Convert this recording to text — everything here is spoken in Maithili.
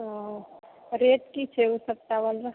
रेट की छै ओहि सबऽ चावलके